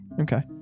Okay